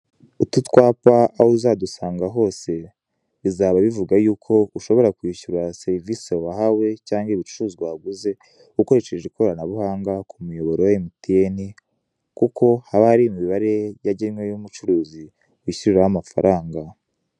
Utu twapa aho uzadusanga hose bizaba bivuga yuko ushobora kwishyura serivise wahawe cyangwa ibicuruzwa waguze ukoresheje ikoranabuhanga ku muyoboro wa MTN, kuko haba hariho imibare yagenwe y'umucuruzi wishyuriraho amafaranga.